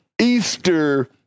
Easter